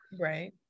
right